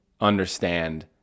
understand